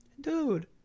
Dude